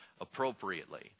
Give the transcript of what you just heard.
appropriately